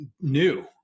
new